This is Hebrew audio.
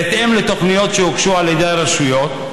בהתאם לתוכניות שהוגשו על ידי הרשויות,